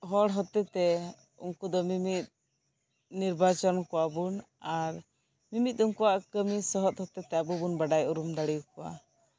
ᱦᱚᱲ ᱦᱚᱛᱮᱛᱮ ᱩᱱᱠᱩ ᱫᱚ ᱢᱤᱢᱤᱫ ᱱᱤᱨᱵᱟᱪᱚᱱ ᱠᱚᱣᱟᱵᱚᱱ ᱟᱨ ᱟᱨ ᱢᱤᱢᱤᱫ ᱠᱟᱹᱢᱤ ᱥᱚᱦᱚᱰ ᱠᱷᱟᱹᱛᱤᱨ ᱛᱮ ᱩᱱᱠᱩ ᱵᱚᱱ ᱵᱟᱰᱟᱭ ᱩᱨᱩᱢ ᱠᱚᱣᱟ